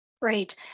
Great